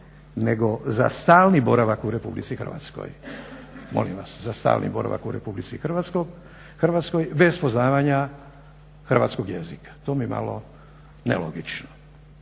nego za stalni boravak u RH, molim vas za stalni boravak u RH, bez poznavanja hrvatskog jezika. To je mi malo nelogično.